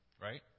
right